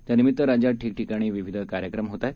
त्यानिमित्त राज्यात ठिकठिकाणी विविध कार्यक्रम होत आहेत